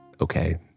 Okay